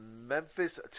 Memphis